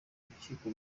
urukiko